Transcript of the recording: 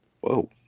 Whoa